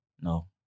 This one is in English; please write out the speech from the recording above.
no